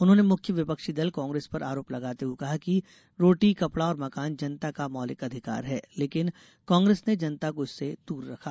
उन्होंने मुख्य विपक्षी दल कांग्रेस पर आरोप लगाते हुए कहा कि रोटी कपड़ा और मकान जनता का मौलिक अधिकार है लेकिन कांग्रेस ने जनता को इससे दूर रखा